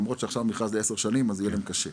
למרות שעכשיו המכרז הוא ל-10 שנים ויהיה להם קשה.